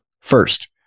First